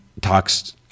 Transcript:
talks